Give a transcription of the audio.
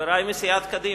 חברי מסיעת קדימה.